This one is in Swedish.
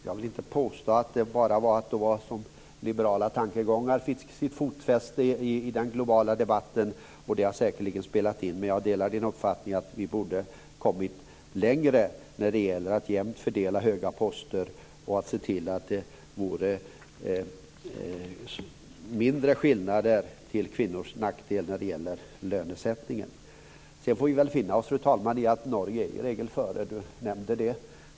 Jag vill inte påstå att det bara var liberala tankegångar som fick sitt fotfäste i den globala debatten, men de har säkerligen spelat in. Jag delar Barbro Feltzings uppfattning att vi borde ha kommit längre när det gäller att jämnt fördela höga poster och att se till att det är mindre skillnader i lönesättningen, vilket har varit till nackdel för kvinnorna. Sedan får vi väl finna oss i, fru talman, att Norge i regel är före. Barbro Feltzing nämnde det.